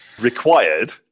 required